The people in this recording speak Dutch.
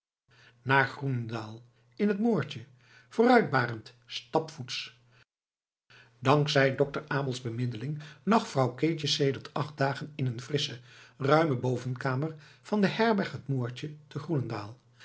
naar groenendaal in t moortje vooruit barend stapvoets dank zij dokter abel's bemiddeling lag vrouw keetje sedert acht dagen in een frissche ruime bovenkamer van de herberg het moortje te groenendaal